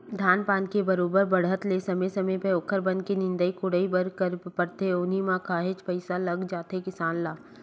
धान पान के बरोबर बाड़हत ले समे समे ओखर बन के निंदई कोड़ई करे बर परथे उहीं म काहेच पइसा लग जाथे किसान ल